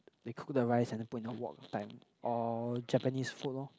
they cook the rice and then put in the wok kind or Japanese food lor